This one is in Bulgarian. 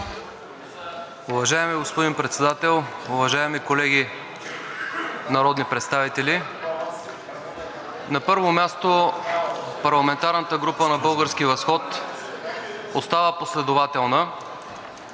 Уважаеми господин Председател, уважаеми колеги народни представители! На първо място, парламентарната група на „Български възход“ остава последователна.